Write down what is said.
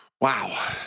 Wow